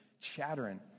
chattering